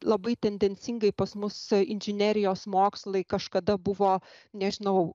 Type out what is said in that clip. labai tendencingai pas mus inžinerijos mokslai kažkada buvo nežinau